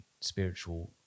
spiritual